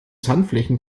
sandflächen